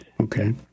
Okay